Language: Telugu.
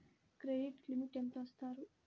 క్రెడిట్ లిమిట్ ఎంత ఇస్తారు?